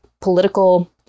political